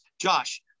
Josh